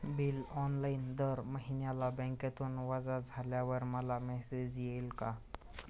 Bill online दर महिन्याला बँकेतून वजा झाल्यावर मला मेसेज येईल का?